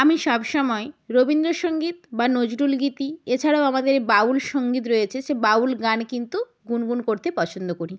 আমি সবসময় রবীন্দ্র সঙ্গীত বা নজরুলগীতি এছাড়াও আমাদের বাউল সঙ্গীত রয়েছে সে বাউল গান কিন্তু গুনগুন করতে পছন্দ করি